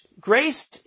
grace